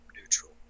neutral